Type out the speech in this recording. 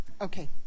Okay